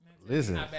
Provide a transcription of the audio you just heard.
Listen